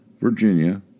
Virginia